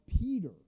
Peter